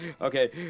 Okay